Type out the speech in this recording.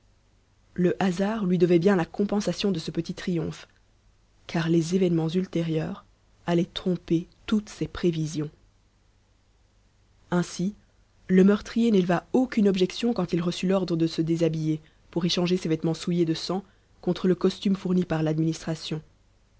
le hasard lui devait bien la compensation de ce petit triomphe car les événements ultérieurs allaient tromper toutes ses prévisions ainsi le meurtrier n'éleva aucune objection quand il reçut l'ordre de se déshabiller pour échanger ses vêtements souillés de sang contre le costume fourni par l'administration